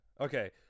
Okay